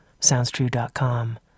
SoundsTrue.com